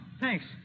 Thanks